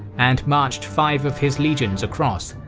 and marched five of his legions across,